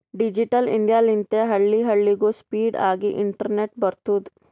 digital India ಲಿಂತೆ ಹಳ್ಳಿ ಹಳ್ಳಿಗೂ ಸ್ಪೀಡ್ ಆಗಿ ಇಂಟರ್ನೆಟ್ ಬರ್ತುದ್